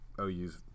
OU's